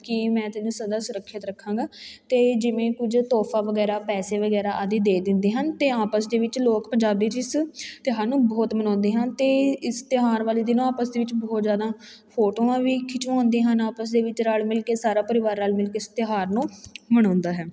ਕਿ ਮੈਂ ਤੈਨੂੰ ਸਦਾ ਸੁਰੱਖਿਅਤ ਰੱਖਾਂਗਾ ਅਤੇ ਜਿਵੇਂ ਕੁਝ ਤੋਹਫਾ ਵਗੈਰਾ ਪੈਸੇ ਵਗੈਰਾ ਆਦਿ ਦੇ ਦਿੰਦੇ ਹਨ ਅਤੇ ਆਪਸ ਦੇ ਵਿੱਚ ਲੋਕ ਪੰਜਾਬ 'ਚ ਇਸ ਤਿਉਹਾਰ ਨੂੰ ਬਹੁਤ ਮਨਾਉਂਦੇ ਹਨ ਅਤੇ ਇਸ ਤਿਉਹਾਰ ਵਾਲੇ ਦਿਨ ਉਹ ਆਪਸ ਦੇ ਵਿੱਚ ਬਹੁਤ ਜ਼ਿਆਦਾ ਫੋਟੋਆਂ ਵੀ ਖਿਚਵਾਉਂਦੇ ਹਨ ਆਪਸ ਦੇ ਵਿੱਚ ਰਲ ਮਿਲ ਕੇ ਸਾਰਾ ਪਰਿਵਾਰ ਰਲ ਮਿਲ ਕੇ ਇਸ ਤਿਉਹਾਰ ਨੂੰ ਮਨਾਉਂਦਾ ਹੈ